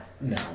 No